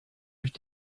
durch